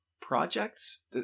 projects